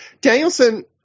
Danielson –